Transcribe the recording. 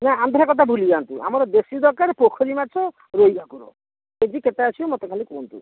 ନା ଆନ୍ଧ୍ରା କଥା ଭୁଲି ଯାଆନ୍ତୁ ଆମର ଦେଶୀ ଦରକାର ପୋଖରୀ ମାଛ ରୋହି ଭାକୁର କେଜି କେତେ ଆସିବ ମୋତେ ଖାଲି କୁହନ୍ତୁ